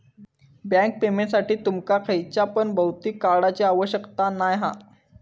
bank पेमेंटसाठी तुमका खयच्या पण भौतिक कार्डची आवश्यकता नाय हा